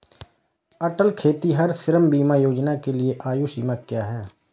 अटल खेतिहर श्रम बीमा योजना के लिए आयु सीमा क्या है?